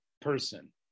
person